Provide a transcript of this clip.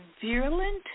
virulent